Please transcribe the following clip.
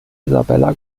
isabella